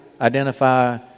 identify